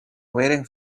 waiting